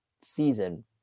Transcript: season